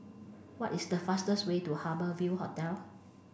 what is the fastest way to Harbour Ville Hotel